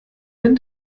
wenn